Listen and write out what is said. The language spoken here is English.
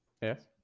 Yes